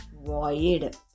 void